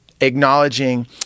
acknowledging